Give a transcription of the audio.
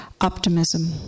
Optimism